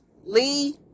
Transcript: lee